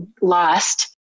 lost